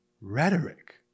rhetoric